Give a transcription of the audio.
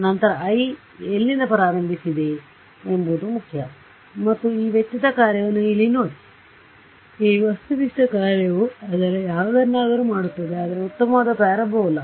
ನಂತರ I ಎಲ್ಲಿಂದ ಪ್ರಾರಂಭಿಸಿದೆ ಎಂಬುದು ಮುಖ್ಯ ಮತ್ತು ಈ ವೆಚ್ಚದ ಕಾರ್ಯವನ್ನು ಇಲ್ಲಿ ನೋಡಿ ಈ ವಸ್ತುನಿಷ್ಠ ಕಾರ್ಯವು ಅದರ ಯಾವುದನ್ನಾದರೂ ಮಾಡುತ್ತದೆ ಆದರೆ ಉತ್ತಮವಾದ ಪ್ಯಾರಾಬೋಲಾ